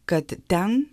kad ten